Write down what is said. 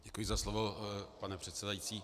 Děkuji za slovo, pane předsedající.